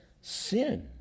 sin